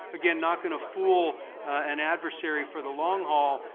again, not going to fool an adversary for the long haul,